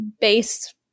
base